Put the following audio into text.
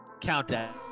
countdown